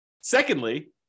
secondly